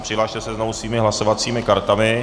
Přihlaste se znovu svými hlasovacími kartami.